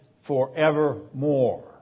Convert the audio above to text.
forevermore